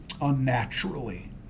unnaturally